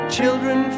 Children